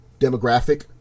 demographic